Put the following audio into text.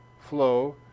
flow